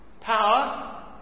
power